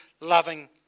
loving